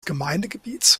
gemeindegebiets